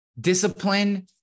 discipline